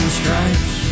stripes